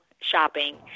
shopping